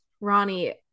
ronnie